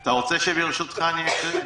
אתה רוצה ברשותך שאני אקרא?